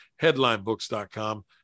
headlinebooks.com